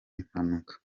impanuka